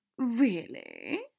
Really